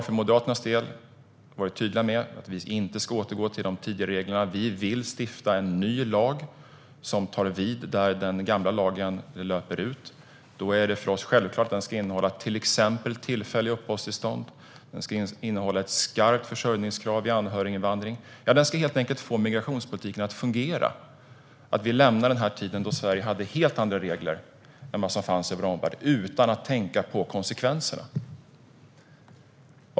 För Moderaternas del har vi varit tydliga med att vi inte ska återgå till de tidigare reglerna. Vi vill stifta en ny lag som tar vid där den gamla lagen löper ut. Då är det för oss självklart att den ska innehålla till exempel tillfälliga uppehållstillstånd och ett skarpt försörjningskrav vid anhöriginvandring. En ny lag ska helt enkelt få migrationspolitiken att fungera. Vi måste lämna den tid när Sverige hade helt andra regler än vad som fanns i vår omvärld utan att tänka på konsekvenserna.